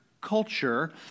culture